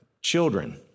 children